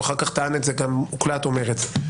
הוא אחר כך גם הוקלט אומר את זה.